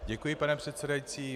Děkuji, pane předsedající.